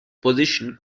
position